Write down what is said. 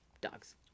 Dogs